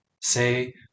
say